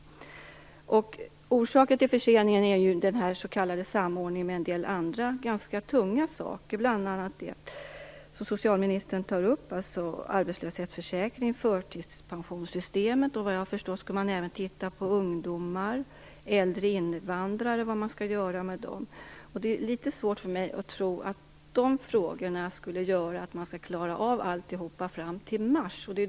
Orsaken till förseningen är den s.k. samordningen med en del andra ganska tunga frågor. Det är som socialministern tar upp bl.a. arbetslöshetsförsäkringen och förtidspensionssystemet. Vad jag förstår skall man även titta på ungdomar och på vad man skall göra med äldre invandrare. Det är litet svårt för mig att tro att de frågorna skulle göra att man klarar av allt till mars.